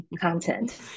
content